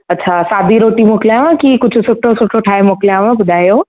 अच्छा सादी रोटी मोकिलियांव कि कुझु सुठो सुठो ठाहे मोकिलियांव ॿुधायो